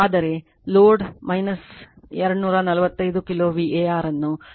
ಆದರೆ load 2 45 k VAR ಅನ್ನು 0